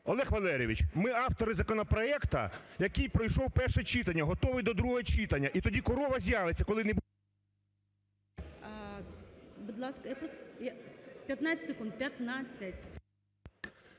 Олег Валерійович, ми автори законопроекту, який пройшов перше читання, готовий до другого читання. І тоді корова з'явиться, коли… ГОЛОВУЮЧИЙ. Будь ласка. 15 секунд. 15!